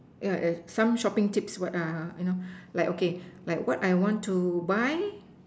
yeah err some shopping tips what err you know like okay like what I want to buy